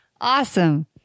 Awesome